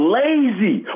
lazy